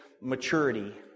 maturity